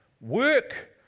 work